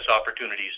opportunities